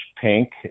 pink